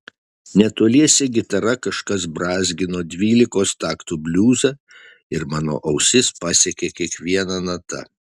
netoliese gitara kažkas brązgino dvylikos taktų bliuzą ir mano ausis pasiekė kiekviena nata